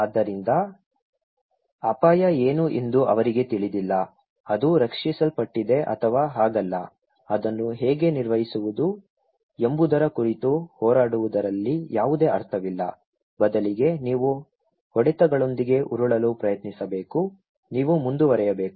ಆದ್ದರಿಂದ ಅಪಾಯ ಏನು ಎಂದು ಅವರಿಗೆ ತಿಳಿದಿಲ್ಲ ಅದು ರಕ್ಷಿಸಲ್ಪಟ್ಟಿದೆ ಅಥವಾ ಹಾಗಲ್ಲ ಅದನ್ನು ಹೇಗೆ ನಿರ್ವಹಿಸುವುದು ಎಂಬುದರ ಕುರಿತು ಹೋರಾಡುವುದರಲ್ಲಿ ಯಾವುದೇ ಅರ್ಥವಿಲ್ಲ ಬದಲಿಗೆ ನೀವು ಹೊಡೆತಗಳೊಂದಿಗೆ ಉರುಳಲು ಪ್ರಯತ್ನಿಸಬೇಕು ನೀವು ಮುಂದುವರಿಯಬೇಕು